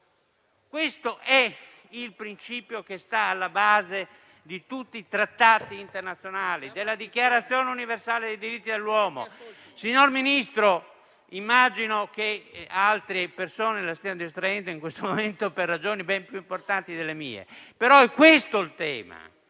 Questo è il principio alla base di tutti i trattati internazionali, della Dichiarazione universale dei diritti dell'uomo. Signor Ministro, altre persone la stanno distraendo in questo momento - immagino per ragioni ben più importanti delle mie - però è questo il tema,